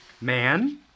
Man